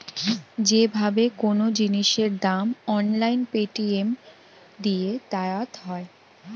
যে ভাবে কোন জিনিসের দাম অনলাইন পেটিএম দিয়ে দায়াত হই